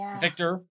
Victor